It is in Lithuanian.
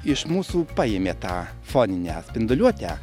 iš mūsų paėmė tą foninę spinduliuotę